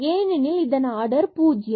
ஏனெனில் இதன் ஆர்டர் பூஜ்ஜியம்